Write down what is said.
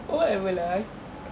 whatever lah